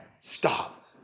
stop